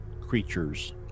creatures